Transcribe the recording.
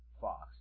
Fox